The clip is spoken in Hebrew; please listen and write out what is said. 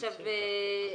עכשיו,